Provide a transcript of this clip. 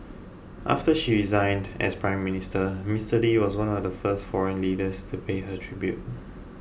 after she resigned as Prime Minister Mister Lee was one of the first foreign leaders to pay her tribute